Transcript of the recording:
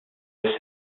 els